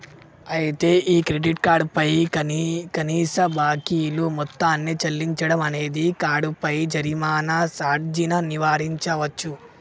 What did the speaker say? అయితే ఈ credit card పై కనీస బాకీలు మొత్తాన్ని చెల్లించడం అనేది కార్డుపై జరిమానా సార్జీని నివారించవచ్చు